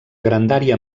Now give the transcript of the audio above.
grandària